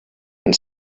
and